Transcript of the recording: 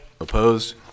Opposed